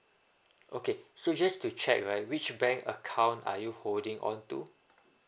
okay so just to check right which bank account are you holding on to